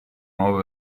nuova